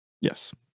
Yes